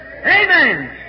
Amen